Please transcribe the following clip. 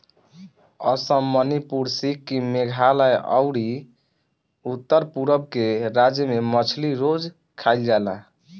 असम, मणिपुर, सिक्किम, मेघालय अउरी उत्तर पूरब के राज्य में मछली रोज खाईल जाला